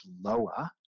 lower